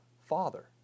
father